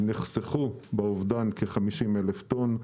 נחסכו באובדן כ-50,000 טון,